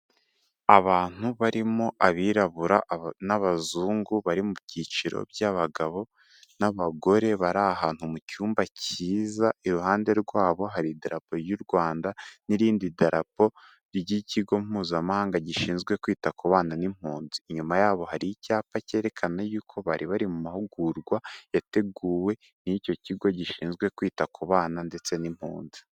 Abantu barimo abirabura n'abazungu, bari mu byiciro by'abagabo n'abagore bari ahantu mu cyumba kiza, iruhande rwabo hari idarapo y'u Rwanda n'irindi darapo ry'ikigo mpuzamahanga gishinzwe kwita ku bana n'impunzi, inyuma yabo hari icyapa cyerekana y'uko bari bari mu mahugurwa, yateguwe n'icyo kigo gishinzwe kwita ku bana ndetse n'impunzi.